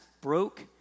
broke